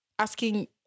Asking